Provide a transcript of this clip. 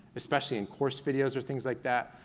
especially in course videos or things like that,